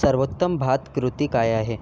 सर्वोत्तम भात कृती काय आहे